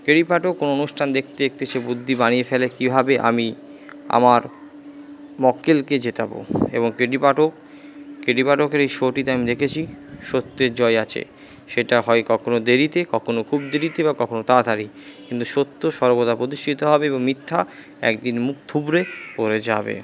কে D Pathak ওর অনুষ্ঠান দেখতে দেখতে সে বুদ্ধি বানিয়ে ফেলে কীভাবে আমি আমার মক্কেলকে জেতাবো এবং K D Pathak K D পাঠকের এই শোটিতে আমি দেখেছি সত্যের জয় আছে সেটা হয় কখনো দেরিতে কখনো খুব দেরিতে বা কখনো তাড়াতাড়ি কিন্তু সত্য সর্বদা প্রতিষ্টিত হবে এবং মিথ্যা এক দিন মুখ থুবড়ে পড়ে যাবে